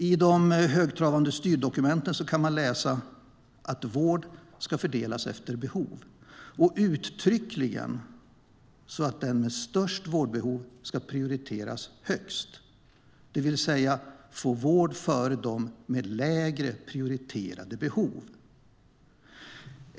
I de högtravande styrdokumenten kan man läsa att vård ska fördelas efter behov, och uttryckligen så att den med störst vårdbehov ska prioriteras högst, det vill säga få vård före dem med lägre prioriterade behov.